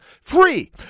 free